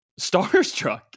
starstruck